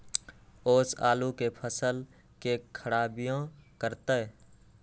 ओस आलू के फसल के खराबियों करतै?